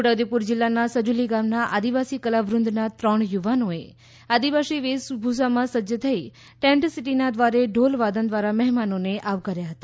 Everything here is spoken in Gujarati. છોટાઉદ્દેપુર જિલ્લાના સજુલી ગામના આદિવાસી કલાવૃદના ત્રણ યુવાનોએ આદિવાસી વેશભૂષામાં સજ્જ થઈ ટેન્ટ સિટીના દ્વારે ઢોલ વાદન દ્વારા મહેમાનોને આવકાર્યા હતા